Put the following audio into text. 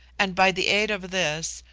and by the aid of this,